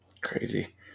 Crazy